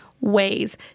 ways